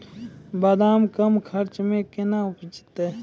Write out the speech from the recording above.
बादाम कम खर्च मे कैना उपजते?